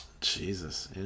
Jesus